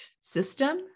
system